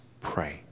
pray